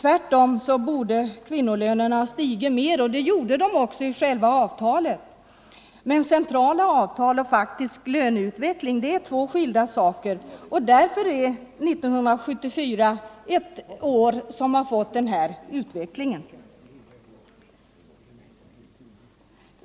Tvärtom borde kvinnornas löner ha stigit mer, och det gjorde de också i själva avtalen, men centrala avtal och faktisk löneutveckling är två skilda saker. Därför är 1974 ett år som uppvisar den här utvecklingen.